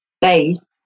based